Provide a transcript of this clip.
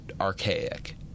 archaic